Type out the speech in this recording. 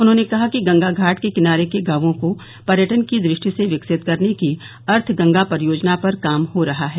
उन्होंने कहा कि गंगा घाट के किनारे के गांवों को पर्यटन की दृष्टि से विकसित करने की अर्थ गंगा परियोजना पर काम हो रहा है